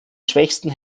schwächsten